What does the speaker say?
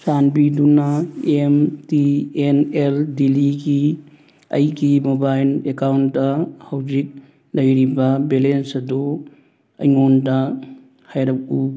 ꯆꯥꯟꯕꯤꯗꯨꯅ M T N L ꯗꯤꯂꯤꯒꯤ ꯑꯩꯒꯤ ꯃꯣꯕꯥꯏꯜ ꯑꯦꯛꯀꯥꯎꯟꯗ ꯍꯧꯖꯤꯛ ꯂꯩꯔꯤꯕ ꯕꯦꯂꯦꯟꯁ ꯑꯗꯨ ꯑꯩꯉꯣꯟꯗ ꯍꯥꯏꯔꯛꯎ